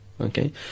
Okay